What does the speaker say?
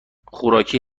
خوراکی